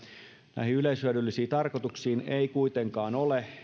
näihin yleishyödyllisiin tarkoituksiin ei kuitenkaan ole